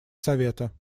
совета